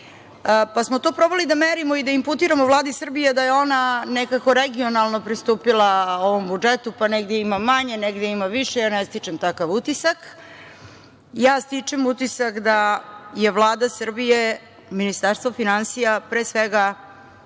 pa smo to probali da merimo i da imputiramo Vladi Srbije da je ona nekako regionalno pristupila ovom budžetu, pa negde ima manje, negde ima više, ali ja ne stičem takav utisak. Ja stičem utisak da je Vlada Srbije, Ministarstvo finansija pre svega,